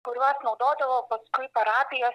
kuriuos naudodavo paskui parapijos